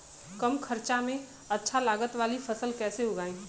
कम खर्चा में अच्छा लागत वाली फसल कैसे उगाई?